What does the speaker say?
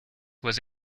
was